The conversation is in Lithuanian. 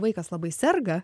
vaikas labai serga